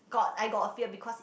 got I got a fear because